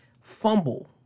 fumble